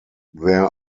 there